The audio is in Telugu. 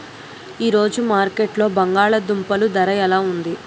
ఈ రోజు మార్కెట్లో బంగాళ దుంపలు ధర ఎలా ఉంది?